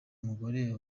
mugore